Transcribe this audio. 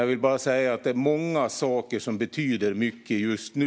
Jag vill dock säga att det är många saker som betyder mycket just nu.